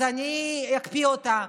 אז אני אקפיא אותה.